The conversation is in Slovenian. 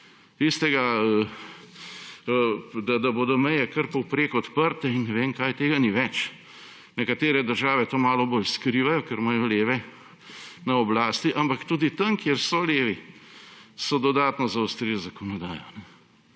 Tistega, da bodo meje kar povprek odprte in ne vem kaj – tega ni več. Nekatere države to malo bolj skrivajo, ker imajo leve na oblasti, ampak tudi tam, kjer so levi, so dodatno zaostrili zakonodajo.